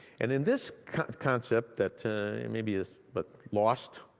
and and this kind of concept that maybe is but lost,